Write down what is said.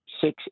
six